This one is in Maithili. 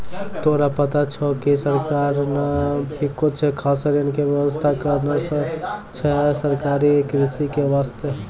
तोरा पता छौं कि सरकार नॅ भी कुछ खास ऋण के व्यवस्था करनॅ छै सहकारी कृषि के वास्तॅ